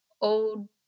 Old